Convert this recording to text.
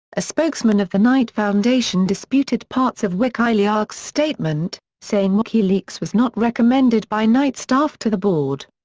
a spokesman of the knight foundation disputed parts of wikileaks' statement, saying wikileaks was not recommended by knight staff to the board.